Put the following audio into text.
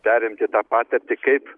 perimti tą patirtį kaip